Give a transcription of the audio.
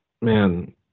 Man